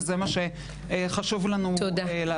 וזה המסר שחשוב לנו להעביר.